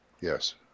Yes